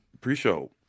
pre-show